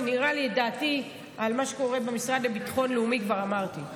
ונראה לי שאת דעתי על מה שקורה במשרד לביטחון הלאומי כבר אמרתי.